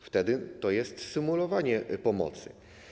Wtedy to jest symulowanie pomocy.